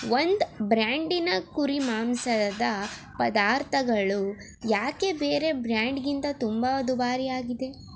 ಒಂದು ಬ್ರ್ಯಾಂಡಿನ ಕುರಿ ಮಾಂಸದ ಪದಾರ್ಥಗಳು ಯಾಕೆ ಬೇರೆ ಬ್ರ್ಯಾಂಡ್ಗಿಂತ ತುಂಬ ದುಬಾರಿಯಾಗಿದೆ